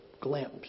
glimpse